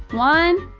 one,